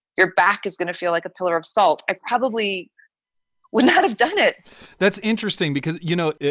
your back is going to feel like a pillar of salt. i probably wouldn't have done it that's interesting because, you know,